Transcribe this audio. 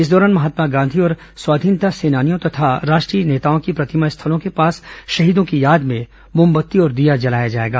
इस दौरान महात्मा गांधी और स्वतंत्रता संग्राम सेनानियों तथा राष्ट्रीय नेताओं की प्रतिमा स्थलों के पास शहीदों की याद में मोमबत्ती और दीया जलाया जाएगा